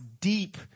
deep